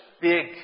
big